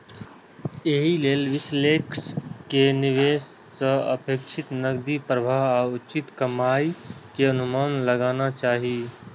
एहि लेल विश्लेषक कें निवेश सं अपेक्षित नकदी प्रवाह आ उचित कमाइ के अनुमान लगाना चाही